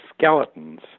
skeletons